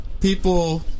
people